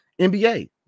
NBA